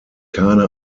keine